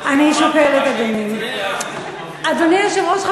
אדוני היושב-ראש,